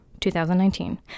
2019